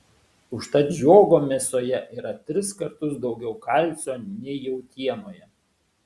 užtat žiogo mėsoje yra tris kartus daugiau kalcio nei jautienoje